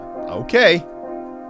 Okay